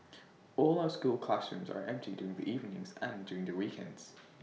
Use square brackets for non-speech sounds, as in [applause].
[noise] all our school classrooms are empty during the evenings and during the weekends